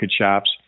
shops